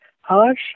harsh